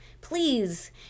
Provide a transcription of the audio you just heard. please